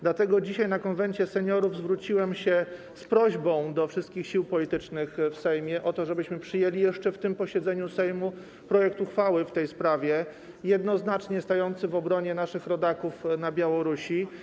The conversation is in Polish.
Dlatego dzisiaj na posiedzeniu Konwentu Seniorów zwróciłem się do wszystkich sił politycznych w Sejmie z prośbą o to, żebyśmy przyjęli jeszcze na tym posiedzeniu Sejmu projekt uchwały w tej sprawie, jednoznacznie stający w obronie naszych rodaków na Białorusi.